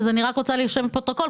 אז אני רק רוצה לרשום בפרוטוקול,